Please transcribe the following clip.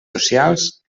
socials